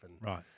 Right